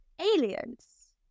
Aliens